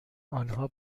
آنها